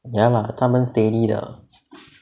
ya lah 他们 steady 的